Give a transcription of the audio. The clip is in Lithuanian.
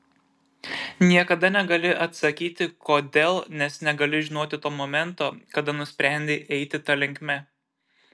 niekada negali atsakyti kodėl nes negali žinot to momento kada nusprendei eiti ta linkme